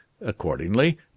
accordingly